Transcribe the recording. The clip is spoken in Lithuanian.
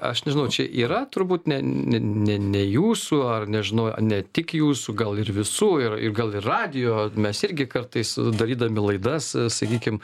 aš nežinau čia yra turbūt ne ne ne jūsų ar nežinau ne tik jūsų gal ir visų ir ir gal ir radijo mes irgi kartais darydami laidas sakykim